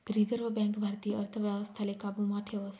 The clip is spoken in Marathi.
रिझर्व बँक भारतीय अर्थव्यवस्थाले काबू मा ठेवस